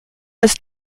ist